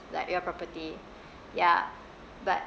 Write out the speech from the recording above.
like your property ya but